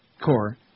core